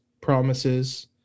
promises